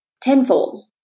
tenfold